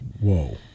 Whoa